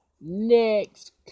Next